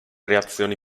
reazioni